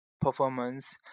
performance